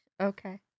Okay